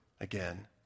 again